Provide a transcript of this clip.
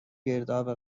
گرداب